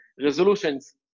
resolutions